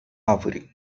árvore